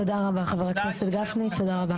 תודה רבה חבר הכנסת גפני, תודה רבה.